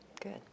Good